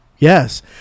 Yes